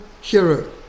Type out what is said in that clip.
hero